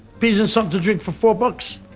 peas and something to drink for four bucks!